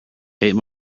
eight